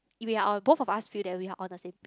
we are on both of us feel that we are on the same page